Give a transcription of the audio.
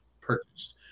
purchased